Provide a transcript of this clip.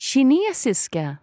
Kinesiska